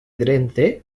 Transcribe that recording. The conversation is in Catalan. drenthe